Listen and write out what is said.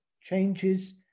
changes